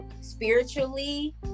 spiritually